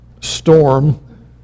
storm